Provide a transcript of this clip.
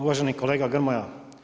Uvaženi kolega Grmoja.